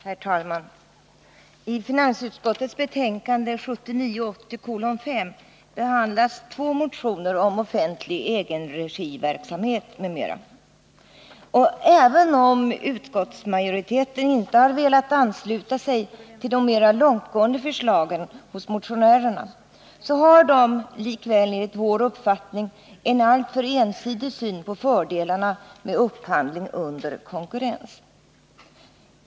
Herr talman! I finansutskottets betänkande 1979/80:5 behandlas två motioner om offentlig egenregiverksamhet m.m. Även om utskottsmajoriteten inte har velat ansluta sig till de mera långtgående förslagen från motionärerna har den likväl enligt vår uppfattning en alltför ensidig syn på fördelarna med upphandling under konkurrens.